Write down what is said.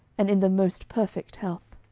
and in the most perfect health.